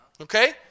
okay